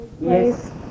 Yes